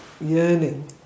yearning